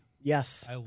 Yes